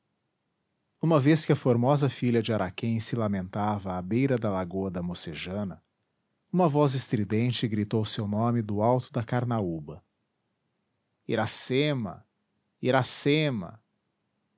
uma vez que a formosa filha de araquém se lamentava à beira da lagoa da mocejana uma voz estridente gritou seu nome do alto da carnaúba iracema iracema